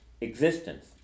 existence